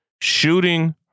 shooting